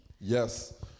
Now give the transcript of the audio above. Yes